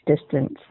distance